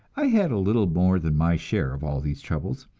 i had a little more than my share of all these troubles.